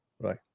right